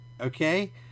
Okay